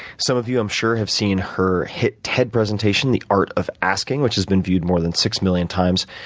some of you, i'm sure, have seen her hit ted presentation, the art of asking, which has been viewed more than six million times.